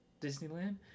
Disneyland